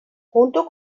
junto